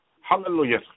Hallelujah